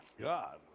God